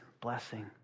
blessing